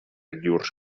llurs